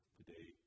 today